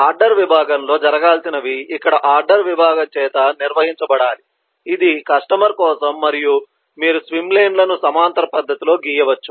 order విభాగంలో జరగాల్సినవి ఇక్కడ ఆర్డర్ విభాగం చేత నిర్వహించబడాలి ఇది కస్టమర్ కోసం మరియు మీరు స్విమ్ లేన్ లను సమాంతర పద్ధతిలో గీయవచ్చు